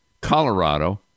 Colorado